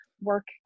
work